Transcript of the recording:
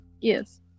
yes